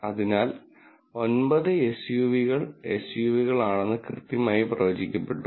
അതിനാൽ 9 എസ്യുവികൾ എസ്യുവികളാണെന്ന് കൃത്യമായി പ്രവചിക്കപ്പെട്ടു